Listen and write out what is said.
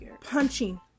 punching